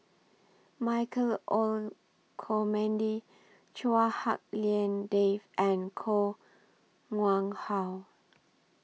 Michael Olcomendy Chua Hak Lien Dave and Koh Nguang How